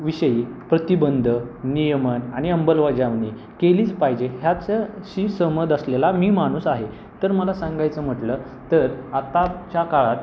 विषयी प्रतिबंध नियमन आणि अंमलबजावणी केलीच पाहिजे ह्याच्याशी सहमत असलेला मी माणूस आहे तर मला सांगायचं म्हटलं तर आताच्या काळात